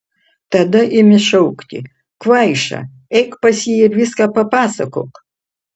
tada imi šaukti kvaiša eik pas jį ir viską papasakok